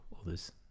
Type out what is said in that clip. others